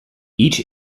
each